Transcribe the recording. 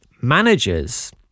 managers